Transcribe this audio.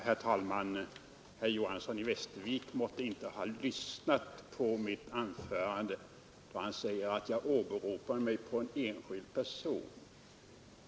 Herr talman! Herr Johanson i Västervik måtte inte ha lyssnat på mitt anförande, då han säger att jag åberopar mig på en enskild person.